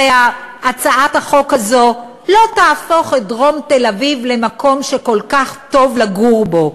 הרי הצעת החוק הזאת לא תהפוך את דרום תל-אביב למקום שכל כך טוב לגור בו.